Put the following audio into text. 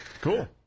cool